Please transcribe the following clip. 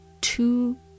two